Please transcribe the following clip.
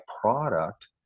product